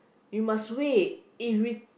we must wait if we